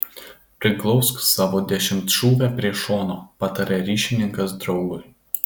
priglausk savo dešimtšūvę prie šono pataria ryšininkas draugui